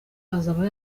azaba